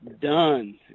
done